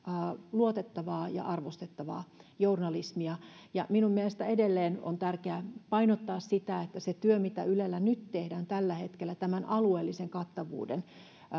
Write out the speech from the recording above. luotettavaa ja arvostettavaa journalismia minun mielestäni edelleen on tärkeää painottaa sitä että se työ mitä ylellä nyt tehdään tällä hetkellä tämän alueellisen kattavuuden